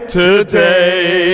today